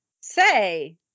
say